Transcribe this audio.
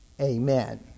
Amen